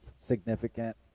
significant